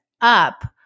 up